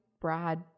Brad